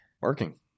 Working